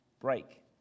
break